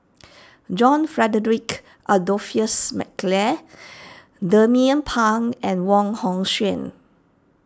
John Frederick Adolphus McNair Jernnine Pang and Wong Hong Suen